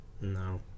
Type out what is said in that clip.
No